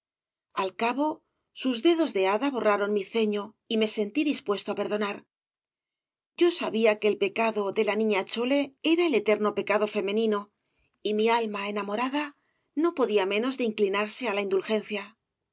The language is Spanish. al cabo sus dedos de hada borraron mi ceño y me sentí dispuesto á perdonar yo sabía que el pecado de la niña chole era el eterno pecado femenino y mi alma enamora ísí s obras de valle inclan s da no podía menos de inclinarse á la indulgencia